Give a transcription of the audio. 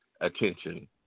attention